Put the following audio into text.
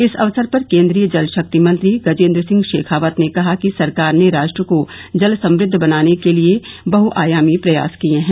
इस अवसर पर केन्द्रीय जल शक्ति मंत्री गजेन्द्र सिंह शेखावत ने कहा कि सरकार ने राष्ट्र को जल समृद्व बनाने के लिए बहुआयामी प्रयास किए हैं